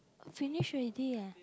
finish already eh